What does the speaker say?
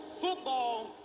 Football